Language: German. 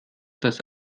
das